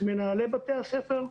מנהלי בתי הספר,